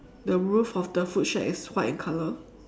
the roof of the food shack is white in color